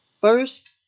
first